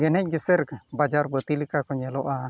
ᱜᱮᱱᱮᱡ ᱜᱮᱥᱮᱨ ᱵᱟᱡᱟᱨ ᱵᱟᱹᱛᱤᱞᱮᱠᱟ ᱠᱚ ᱧᱮᱞᱚᱜᱼᱟ